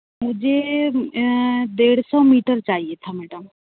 मुझे डेढ़ सौ मीटर चाहिए था मैडम